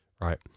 right